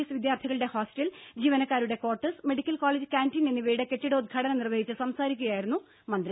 S വിദ്യാർത്ഥികളുടെ hostel ജീവനക്കാരുടെ quarters medical college canteen എന്നിവയുടെ കെട്ടിടോദ്ഘാടനം നിർവ്വഹിച്ച് സംസാരിക്കുകയായിരുന്നു മന്ത്രി